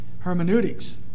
Hermeneutics